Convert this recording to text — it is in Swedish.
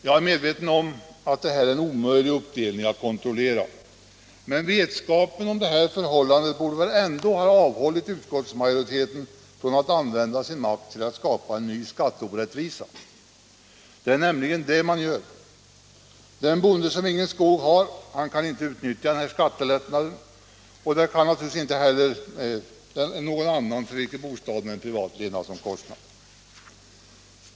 Jag är medveten om att detta är en omöjlig uppdelning, som det inte går att kontrollera, men vetskapen om detta förhållande borde väl ha avhållit utskottsmajoriteten från att använda sin makt till att skapa en ny skatteorättvisa. Det är nämligen det man gör. Den bonde som ingen skog har kan inte utnyttja den här skattelättnaden, och det kan naturligtvis ingen annan göra heller, för vilken bostaden är en privat levnadsomkostnad.